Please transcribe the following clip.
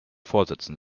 fortsetzen